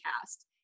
cast